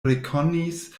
rekonis